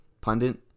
pundit